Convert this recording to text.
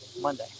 Monday